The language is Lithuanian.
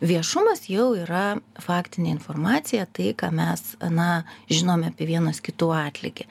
viešumas jau yra faktinė informacija tai ką mes na žinome apie vienas kitų atlygį